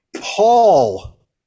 Paul